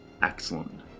Excellent